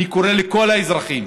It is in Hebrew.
אני קורא לכל האזרחים: